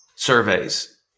Surveys